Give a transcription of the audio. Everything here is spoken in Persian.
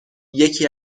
یکی